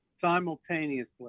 simultaneously